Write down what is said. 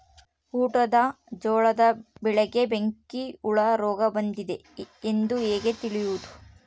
ಊಟದ ಜೋಳದ ಬೆಳೆಗೆ ಬೆಂಕಿ ಹುಳ ರೋಗ ಬಂದಿದೆ ಎಂದು ಹೇಗೆ ತಿಳಿಯುವುದು?